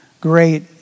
Great